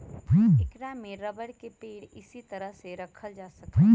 ऐकरा में रबर के पेड़ इसी तरह के रखल जा सका हई